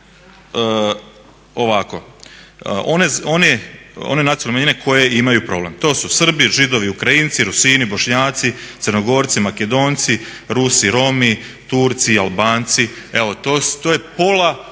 ovako one nacionalne manjine koje imaju problem to su Srbi, Židovi, Ukrajinci, Rusini, Bošnjaci, Crnogorci, Makedonci, Rusi, Romi, Turci, Albanci evo to je pola